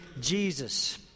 Jesus